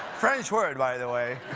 french word, by the way.